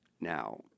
Now